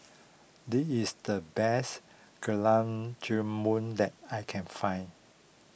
this is the best Gulab Jamun that I can find